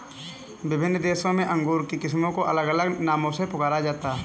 विभिन्न देशों में अंगूर की किस्मों को अलग अलग नामों से पुकारा जाता है